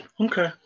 Okay